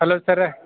hello sir